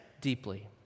deeply